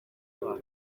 ngo